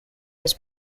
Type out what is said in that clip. was